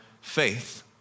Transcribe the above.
faith